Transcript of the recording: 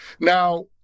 Now